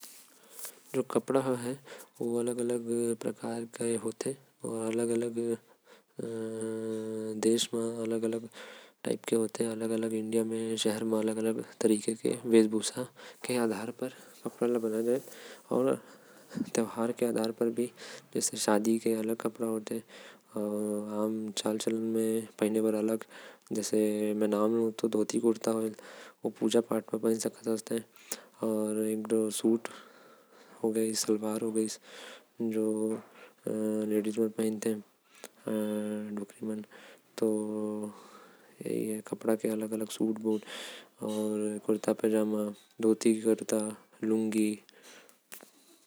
पोशाक भी बहुते प्रकार के होथे। जेके लोग मन अलगे अलग समय म पहन्थे। लोग मन साड़ी पहन्थे। जो कि शादी पारटी म काम आथे। पूजा पाठ म सलवार सूट लड़की मन पहन्थे। अउ धोती कुर्ता लइका मन पहन्थे। अउ बहुत सारा पोशाक मन ला लोग मन पहिन्थे।